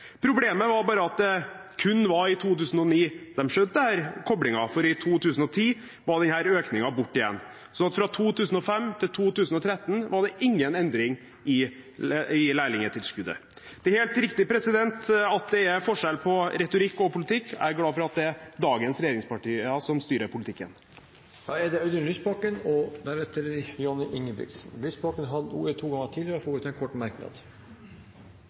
Problemet var bare at det kun var i 2009 de skjønte denne koblingen, for i 2010 var denne økningen borte igjen. Så fra 2005 til 2013 var det ingen endring i lærlingtilskuddet. Det er helt riktig at det er forskjell på retorikk og politikk. Jeg er glad for at det er dagens regjeringspartier som styrer politikken. Representanten Audun Lysbakken har hatt ordet to ganger tidligere og får ordet til en kort merknad,